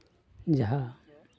ᱡᱟᱦᱟᱸ